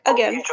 Again